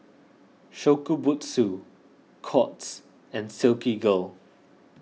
Shokubutsu Courts and Silkygirl